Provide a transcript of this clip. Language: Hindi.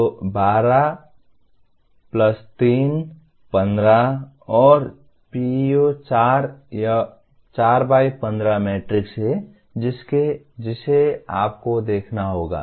तो 12 3 15 और PEO 4 यह 4 बाइ 15 मैट्रिक्स है जिसे आपको देखना होगा